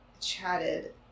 chatted